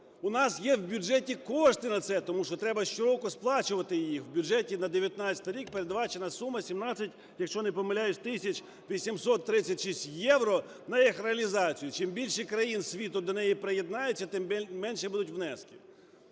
У нас є в бюджеті кошти на це, тому що треба щороку сплачувати їх, в бюджеті на 19-й рік передбачена сума 17, якщо не помиляюсь, тисяч 836 євро на їх реалізацію. Чим більше країн світу до неї приєднаються, тим менше будуть внески.